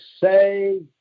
say